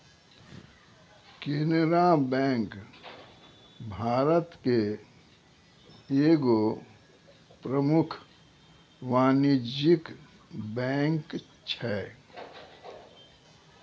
Canara bank Bharat के एगो प्रमुख वाणिज्यिक बैंक छै